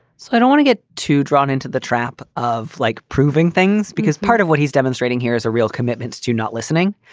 so i don't wanna get too drawn into the trap of like proving things because part of what he's demonstrating here is a real commitment to not listening.